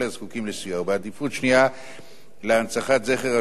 ובעדיפות שנייה להנצחת זכר השואה והנספים בה.